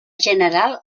general